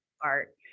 art